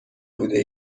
بوده